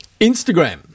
Instagram